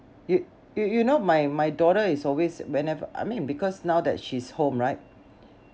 you you you know my my daughter is always whenever I mean because now that she's home right